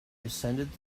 descended